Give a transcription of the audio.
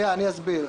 אסביר.